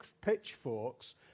pitchforks